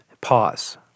pause